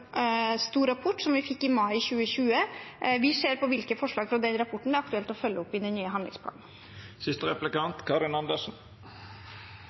stor rapport, som vi fikk i mai 2020. Vi ser på hvilke forslag fra den rapporten det er aktuelt å følge opp i den nye handlingsplanen.